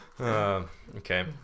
Okay